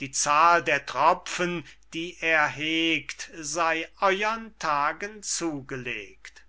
die zahl der tropfen die er hegt sey euren tagen zugelegt